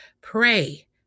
Pray